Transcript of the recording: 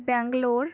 Bangalore